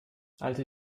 alte